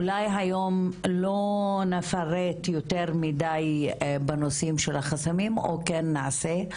אולי היום לא נפרט יותר מדי בנושאים את החסמים או כן נעשה,